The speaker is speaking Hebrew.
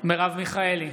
מרב מיכאלי,